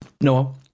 no